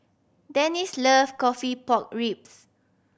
Denise love coffee pork ribs